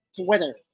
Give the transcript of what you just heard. Twitter